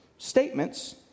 statements